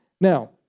Now